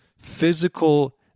physical